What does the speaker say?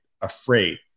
afraid